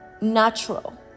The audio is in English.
natural